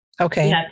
Okay